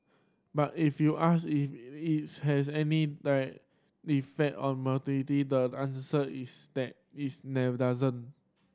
but if you ask if its has any die effect on the answer is that is never doesn't